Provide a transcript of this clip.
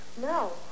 No